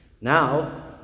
Now